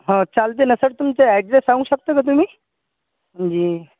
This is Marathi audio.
हां चालते ना सर तुमचा ॲड्रेस सांगू शकता का तुम्ही